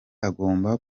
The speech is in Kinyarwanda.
agomba